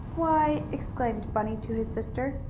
why! exclaimed bunny to his sister.